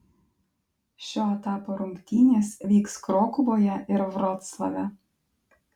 šio etapo rungtynės vyks krokuvoje ir vroclave